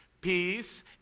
peace